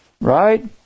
Right